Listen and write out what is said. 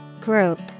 Group